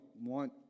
want